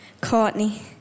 Courtney